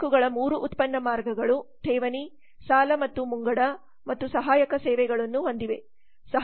ಬ್ಯಾಂಕುಗಳ 3 ಉತ್ಪನ್ನ ಮಾರ್ಗಗಳು ಠೇವಣಿ ಸಾಲ ಮತ್ತು ಮುಂಗಡ ಮತ್ತು ಸಹಾಯಕ ಸೇವೆಗಳನ್ನು ಹೊಂದಿವೆ